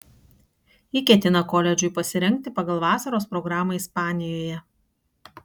ji ketina koledžui pasirengti pagal vasaros programą ispanijoje